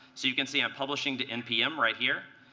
so you can see i'm publishing to npm right here.